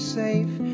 safe